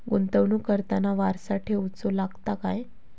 गुंतवणूक करताना वारसा ठेवचो लागता काय?